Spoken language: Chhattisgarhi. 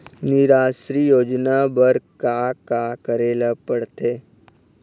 निराश्री योजना बर का का करे ले पड़ते?